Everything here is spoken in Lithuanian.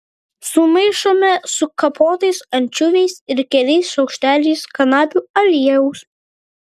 sumaišome su kapotais ančiuviais ir keliais šaukšteliais kanapių aliejaus